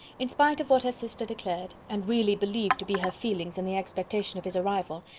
in spite of what her sister declared, and really believed to be her feelings in the expectation of his arrival,